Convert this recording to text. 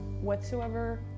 whatsoever